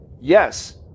yes